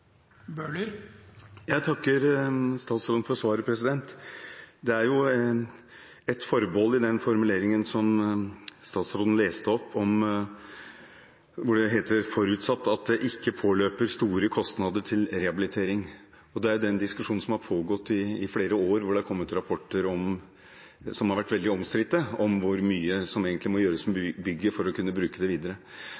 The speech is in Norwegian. Jeg takker statsråden for svaret. Det er et forbehold i den formuleringen som statsråden leste opp, hvor det heter «forutsatt at det ikke påløper store kostnader til rehabilitering». Det er den diskusjonen som har pågått i flere år, hvor det har kommet rapporter som har vært veldig omstridte, om hvor mye som egentlig må gjøres med